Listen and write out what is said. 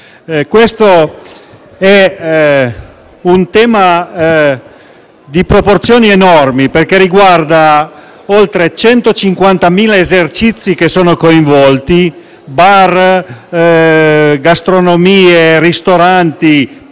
questione di proporzioni enormi, perché riguarda oltre 150.000 esercizi coinvolti (bar gastronomie, ristoranti,